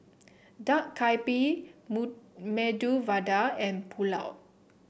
Dak Galbi Medu Vada and Pulao